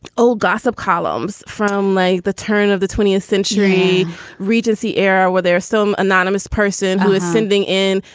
old gossip columns from like the turn of the twentieth century regency era, where there are some anonymous person who is sending in,